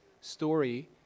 story